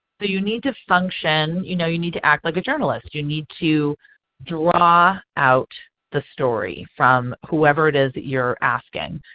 you need to function, you know you need to act like a journalist. you need to draw out the story from whoever it is you are asking.